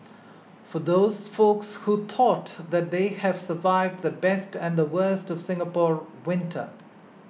for those folks who thought that they have survived the best and the worst of Singapore winter